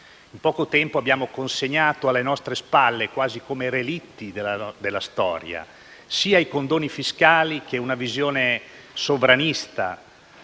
in poco tempo, abbiamo consegnato alle nostre spalle, quasi come relitti della storia, sia i condoni fiscali sia una visione sovranista